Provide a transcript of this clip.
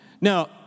Now